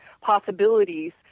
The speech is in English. possibilities